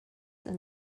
and